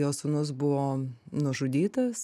jo sūnus buvo nužudytas